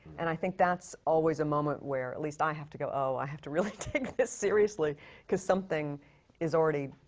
and i think that's always a moment where at least i have to go oh, i have to really take this seriously because something is already,